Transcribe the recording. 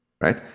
right